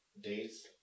days